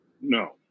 no